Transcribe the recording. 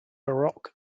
baroque